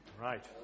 Right